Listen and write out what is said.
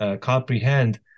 comprehend